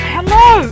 Hello